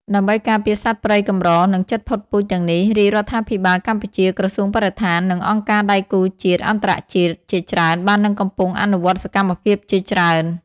ដើម្បីការពារសត្វព្រៃកម្រ និងជិតផុតពូជទាំងនេះ រាជរដ្ឋាភិបាលកម្ពុជា ក្រសួងបរិស្ថាន និងអង្គការដៃគូជាតិ-អន្តរជាតិជាច្រើន បាននិងកំពុងអនុវត្តសកម្មភាពជាច្រើន។